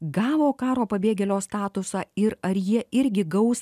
gavo karo pabėgėlio statusą ir ar jie irgi gaus